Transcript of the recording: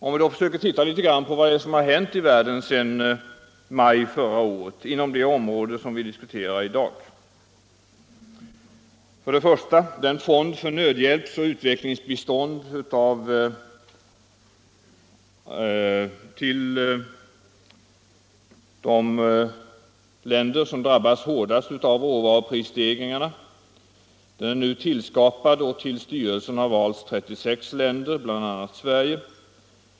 Vad är det då som hänt i världen sedan maj förra året på det område som vi diskuterar i dag? 1. En fond för nödhjälpsoch utvecklingsbistånd till de länder som drabbas hårdast av råvaruprisstegringarna har nu skapats, och till styrelsen har valts 36 länder, bl.a. Sverige.